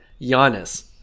Giannis